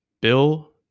Bill